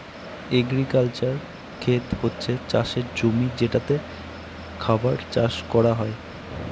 agricultural খেত হচ্ছে চাষের জমি যেটাতে খাবার চাষ করা হয়